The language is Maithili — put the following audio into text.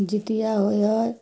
जीतिया होइ हइ